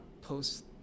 post